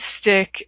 stick